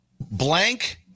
Blank